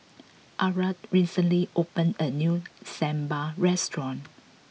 Arah recently opened a new Sambar restaurant